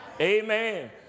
amen